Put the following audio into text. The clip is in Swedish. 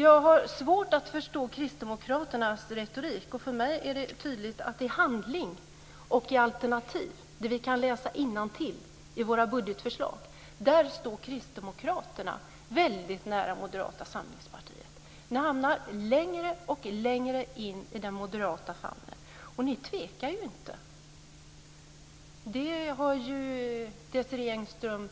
Jag har svårt att förstå kristdemokraternas retorik. För mig är det tydligt att i handling och i alternativ, där vi kan läsa innantill i budgetförslag, står Kristdemokraterna väldigt nära Moderata samlingspartiet. Ni hamnar längre och längre in i den moderata famnen. Ni tvekar ju inte - det har Desirée